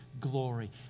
glory